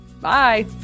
Bye